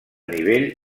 nivell